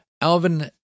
Alvin